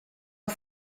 een